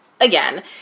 Again